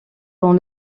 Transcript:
dans